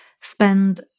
spend